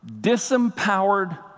disempowered